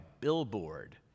billboard